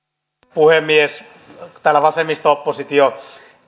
puhemies täällä vasemmisto oppositio